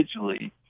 individually